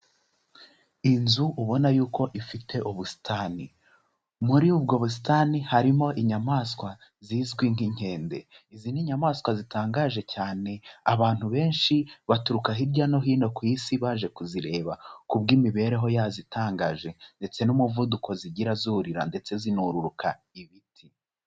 Inzu ubona yuko ifite ubusitani, muri ubwo busitani harimo inyamaswa zizwi nk'inkende, izi ni inyamanswa zitangaje cyane abantu benshi baturuka hirya no hino ku isi baje kuzireba, kubw'imibereho yazo itangaje, ndetse n'umuvuduko zigira zurira ndetse zinururuka ibiti.